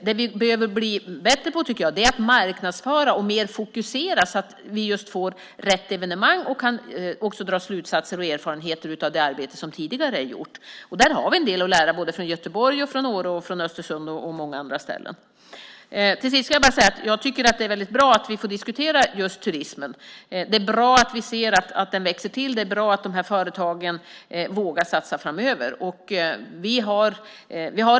Men vi behöver bli bättre, tycker jag, på att marknadsföra och fokusera mer så att vi just får rätt evenemang och så att vi kan dra slutsatser och få erfarenheter av det arbete som tidigare gjorts. Där har vi en del att lära från Göteborg, Åre, Östersund och många andra ställen. Till sist: Det är väldigt bra att vi får diskutera just turismen. Det är bra att vi ser att den växer till, och det är bra att de här företagen vågar satsa framöver.